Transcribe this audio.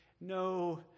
no